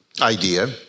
idea